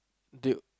they